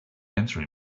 answer